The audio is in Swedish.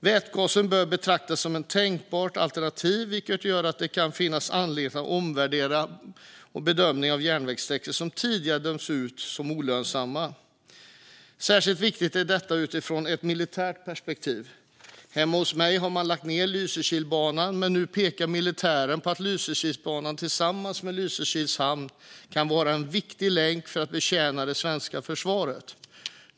Vätgas bör beaktas som ett tänkbart alternativ, vilket gör att det kan finnas anledning att omvärdera bedömningen av järnvägssträckor som tidigare dömts ut som olönsamma. Särskilt viktigt är detta utifrån ett militärt perspektiv. Därhemma har man lagt ned Lysekilsbanan, men nu pekar militären på att Lysekilsbanan tillsammans med Lysekils hamn kan vara en viktig länk för att betjäna det svenska försvaret.